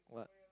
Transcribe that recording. what